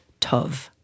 TOV